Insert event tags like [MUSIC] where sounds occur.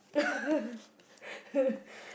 [LAUGHS]